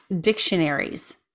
dictionaries